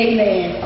Amen